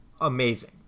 amazing